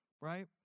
right